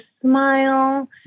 smile